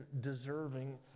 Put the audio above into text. deserving